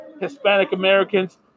Hispanic-Americans